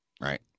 right